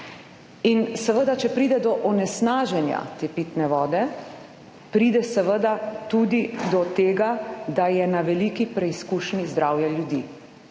In seveda, če pride do onesnaženja te pitne vode, pride seveda tudi do tega, da je na veliki preizkušnji zdravje ljudi